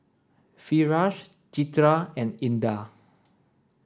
Firash Citra and Indah